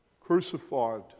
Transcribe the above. crucified